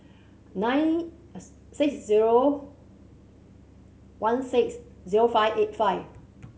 nine six zero one six zero five eight five